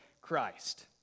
Christ